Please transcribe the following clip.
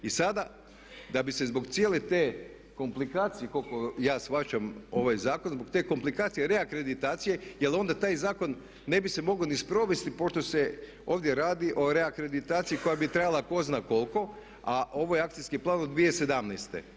I sada da bi se zbog cijele te komplikacije koliko ja shvaćam ovaj zakon, zbog te komplikacije reakreditacije jer onda taj zakon ne bi se mogao ni sprovesti pošto se ovdje radi o reakreditaciji koja bi trajala tko zna koliko a ovo je Akcijski plan od 2017.